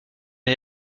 est